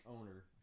owner